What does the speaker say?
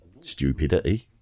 Stupidity